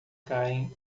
caem